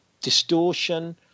distortion